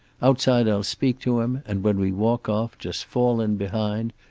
outside i'll speak to him, and when we walk off, just fall in behind.